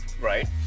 right